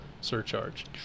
surcharge